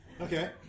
Okay